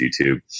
YouTube